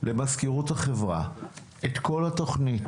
למזכירות הוועדה את כל התוכנית,